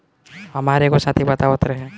हामार एगो साथी बतावत रहे